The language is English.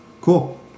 Cool